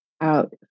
out